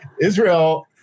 Israel